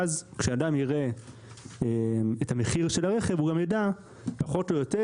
וכשאדם יראה את המחיר של הרכב הוא גם ידע פחות או יותר,